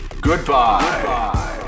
Goodbye